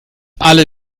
alle